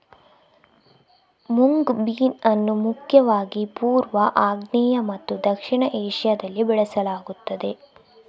mung bean ಅನ್ನು ಮುಖ್ಯವಾಗಿ ಪೂರ್ವ, ಆಗ್ನೇಯ ಮತ್ತು ದಕ್ಷಿಣ ಏಷ್ಯಾದಲ್ಲಿ ಬೆಳೆಸಲಾಗುತ್ತದೆ